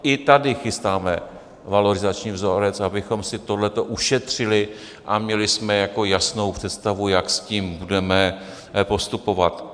I tady chystáme valorizační vzorec, abychom si tohleto ušetřili a měli jasnou představu, jak s tím budeme postupovat.